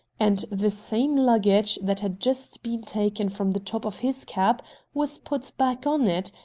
and the same luggage that had just been taken from the top of his cab was put back on it,